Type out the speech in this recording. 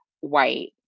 white